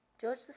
George